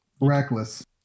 Reckless